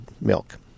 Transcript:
milk